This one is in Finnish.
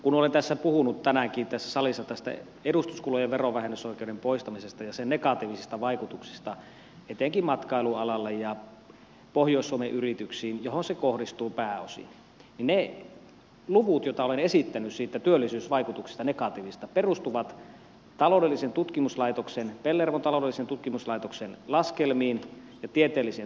kun olen puhunut tänäänkin tässä salissa tästä edustuskulujen verovähennysoikeuden poistamisesta ja sen negatiivisista vaikutuksista etenkin matkailualaan ja pohjois suomen yrityksiin joihin se kohdistuu pääosin niin ne luvut joita olen esittänyt siitä negatiivisesta työllisyysvaikutuksesta perustuvat pellervon taloudellisen tutkimuslaitoksen laskelmiin ja tieteellisiin tutkimuksiin